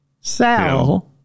Sal